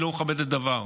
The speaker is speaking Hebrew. היא לא מכבדת דבר.